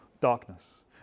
darkness